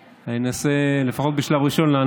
אבל בשביל לבדוק